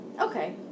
Okay